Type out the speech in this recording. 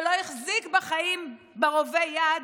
שלא החזיק בחיים רובה ביד,